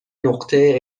نقطه